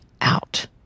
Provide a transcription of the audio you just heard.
out